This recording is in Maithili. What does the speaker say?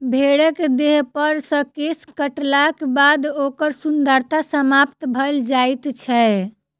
भेंड़क देहपर सॅ केश काटलाक बाद ओकर सुन्दरता समाप्त भ जाइत छै